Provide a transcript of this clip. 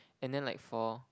and then like for